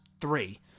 three